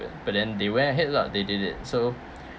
but then they went ahead lah they did it so